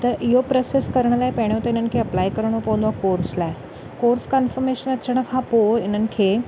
त इहो प्रोसैस करण लाइ पहिरों त इन्हनि खे अपलाए करिणो पवंदो आहे कोर्स लाइ कोर्स कन्फर्मेशन अचण खां पोइ इन्हनि खे